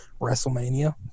Wrestlemania